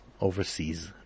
overseas